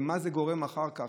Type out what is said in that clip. ומה זה גורם אחר כך.